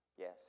Yes